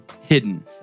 hidden